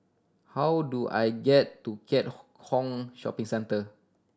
how do I get to Keat Hong Shopping Centre